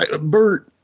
Bert